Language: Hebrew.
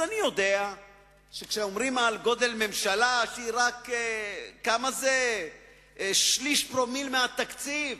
אז אני יודע שאומרים על גודל ממשלה שהיא רק שליש פרומיל מהתקציב,